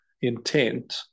intent